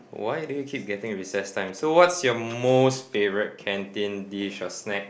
why do you keep getting recess time so what's your most favourite canteen dish or snack